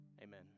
amen